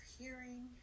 hearing